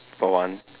for one